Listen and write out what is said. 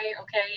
okay